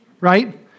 right